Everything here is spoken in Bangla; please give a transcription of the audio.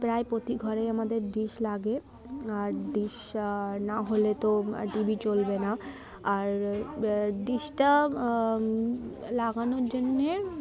প্রায় প্রতি ঘরে আমাদের ডিশ লাগে আর ডিশ না হলে তো টিভি চলবে না আর ডিশটা লাগানোর জন্যে